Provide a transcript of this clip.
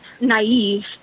naive